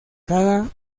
cada